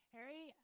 Harry